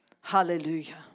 Hallelujah